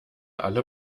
alle